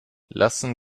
lassen